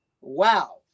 Wow